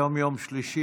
היום יום שלישי,